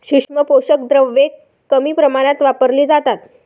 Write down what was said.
सूक्ष्म पोषक द्रव्ये कमी प्रमाणात वापरली जातात